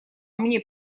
мне